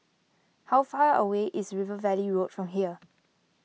how far away is River Valley Road from here